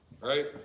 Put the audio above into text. Right